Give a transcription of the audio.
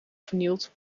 vernield